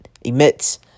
emits